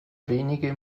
wenige